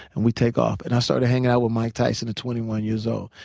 and we take off and i started hanging out with mike tyson at twenty one years old.